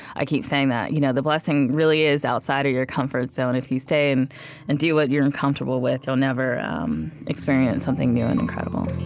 i keep saying that. you know the blessing really is outside of your comfort zone. if you stay and and and do what you're comfortable with, you'll never experience something new and incredible